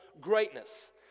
greatness